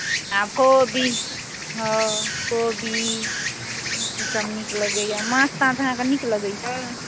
आ कोबी हँ कोबी ईसभ नीक लगैए माँछ ताँछ अहाँकेँ नीक लगैए